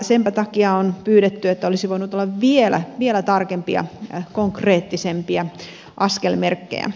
senpä takia on pyydetty että olisi voinut olla vielä tarkempia konkreettisempia askelmerkkejä